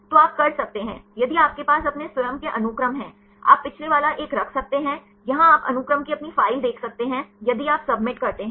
तो आप कर सकते हैं यदि आप के पास अपने स्वयं के अनुक्रम है आप पिछले वाला एक रख सकते हैं यहाँ आप अनुक्रम की अपनी फ़ाइल देख सकते हैं यदि आप सबमिट करते हैं